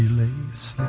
please